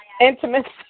intimacy